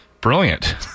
Brilliant